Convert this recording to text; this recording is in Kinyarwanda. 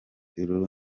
lulu